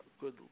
good